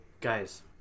guys